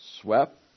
swept